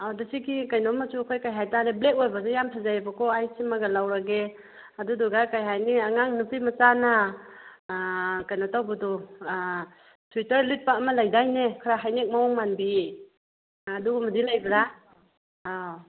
ꯑꯗꯨ ꯁꯤꯒꯤ ꯀꯩꯅꯣ ꯃꯆꯨ ꯑꯩꯈꯣꯏ ꯀꯔꯤ ꯍꯥꯏꯇꯥꯔꯦ ꯕ꯭ꯂꯦꯛ ꯑꯣꯏꯕꯗꯨ ꯌꯥꯝ ꯐꯖꯩꯌꯦꯕꯀꯣ ꯑꯩ ꯁꯤꯃꯒ ꯂꯧꯔꯒꯦ ꯑꯗꯨꯗꯨꯒ ꯀꯔꯤ ꯍꯥꯏꯅꯤ ꯑꯉꯥꯡ ꯅꯨꯄꯤ ꯃꯆꯥꯅ ꯀꯩꯅꯣ ꯇꯧꯕꯗꯣ ꯁ꯭ꯋꯦꯇꯔ ꯂꯤꯠꯄ ꯑꯃ ꯂꯩꯗꯥꯏꯅꯦ ꯈꯔ ꯍꯥꯏꯅꯦꯛ ꯃꯑꯣꯡ ꯃꯥꯟꯕꯤ ꯑꯥ ꯑꯗꯨꯒꯨꯝꯕꯗꯤ ꯂꯩꯕ꯭ꯔꯥ ꯑꯥꯎ